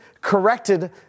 corrected